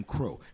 Crow